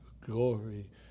glory